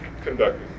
conducting